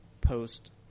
post